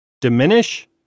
Diminish